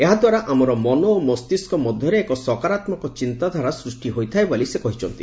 ଏହା ଦ୍ୱାରା ଆମର ମନ ଓ ମସ୍ତିଷ୍କ ମଧ୍ୟରେ ଏକ ସକାରାତ୍ମକ ଚିନ୍ତାଧାରା ସୃଷ୍ଟି ହୋଇଥାଏ ବୋଲି ସେ କହିଛନ୍ତି